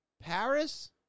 Paris